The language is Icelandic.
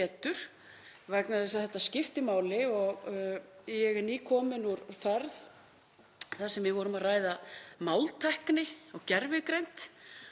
vegna þess að þetta skiptir máli. Ég er nýkomin úr ferð þar sem við vorum að ræða máltækni og gervigreind